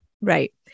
Right